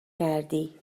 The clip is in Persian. کردی